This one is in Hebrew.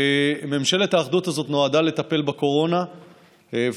ממשלת האחדות הזאת נועדה לטפל בקורונה ונועדה